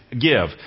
give